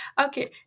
Okay